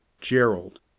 Gerald